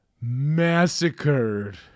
massacred